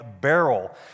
barrel